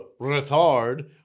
retard